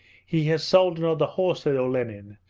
he has sold another horse said olenin,